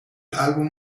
álbum